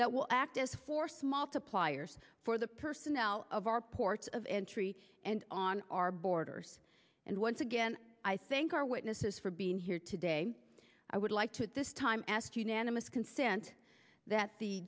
that will act as force multipliers for the personnel of our ports of entry and on our borders and once again i thank our witnesses for being here today i would like to this time ask unanimous consent that the